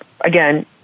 again